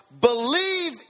believe